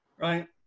right